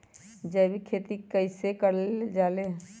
जैविक खेती कई से करल जाले?